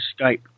Skype